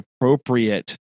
appropriate